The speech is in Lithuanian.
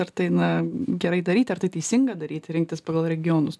ar tai na gerai daryti ar tai teisinga daryti rinktis pagal regionus